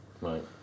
Right